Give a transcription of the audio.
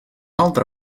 altra